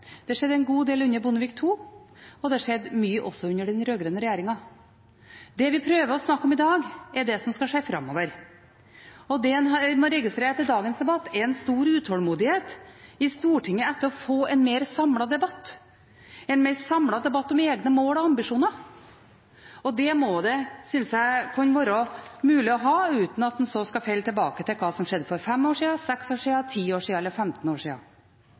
har skjedd ganske mye på 15 år – det har det. Det skjedde en god del under Bondevik II, og det har skjedd mye også under den rød-grønne regjeringen. Det vi prøver å snakke om i dag, er det som skal skje framover, og det en har registrert i dagens debatt, er en stor utålmodighet i Stortinget etter å få en mer samlet debatt – en mer samlet debatt om egne mål og ambisjoner. Det må det, synes jeg, kunne være mulig å ha uten at en skal falle tilbake til hva som skjedde for fem år siden, seks år siden, ti år siden eller 15 år